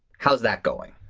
how's that going?